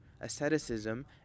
asceticism